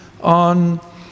on